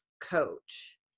coach